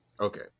Okay